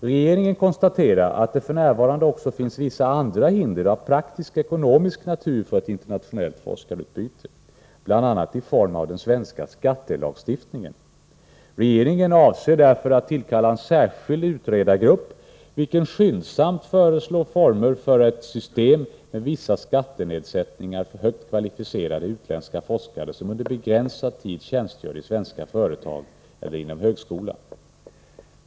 Regeringen konstaterar att det f. n. också finns vissa andra hinder av praktisk-ekonomisk natur för ett internationellt forskarutbyte, bl.a. i form av den svenska skattelagstiftningen. Regeringen avser därför att tillkalla en särskild utredargrupp, vilken skyndsamt skall föreslå former för ett system med vissa skattenedsättningar för högt kvalificerade utländska forskare som under begränsad tid tjänstgör i svenska företag eller inom högskola.